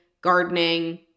gardening